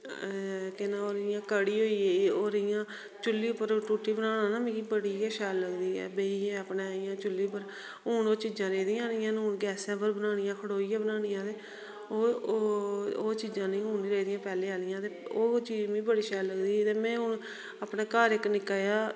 केह् नां और इयां कढ़ी होई गेई चुल्ली उप्पर रुट्टी बनाना ना मिगी बड़ी गै शैल लगदी ऐ बेहियै अपने इयां चुल्ली उप्री हून ओह् चीजां रेही दियां नेईं हैन हून गैसे उप्पर बनानी खड़ोइयै बनानी ऐ ते ओह चिजां नेई हून नेई रेहदियां पहले आहलियां ते ओह् चीज बड़ी शैल लगदी ही ते हून अपने घर इक निक्का जेहा